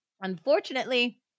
Unfortunately